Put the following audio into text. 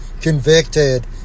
convicted